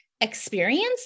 experience